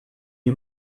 you